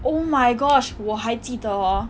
oh my gosh 我还记得 hor